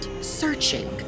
searching